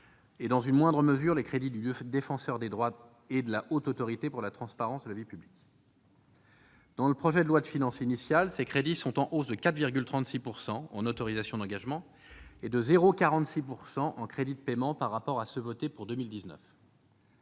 et, dans une moindre mesure, les crédits du Défenseur des droits et de la Haute Autorité pour la transparence de la vie publique. Dans le projet de loi de finances initiale, ces crédits sont en hausse de 4,36 % en autorisations d'engagement et de 0,46 % en crédits de paiement par rapport à ceux qui ont été